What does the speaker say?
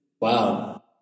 Wow